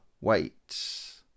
weights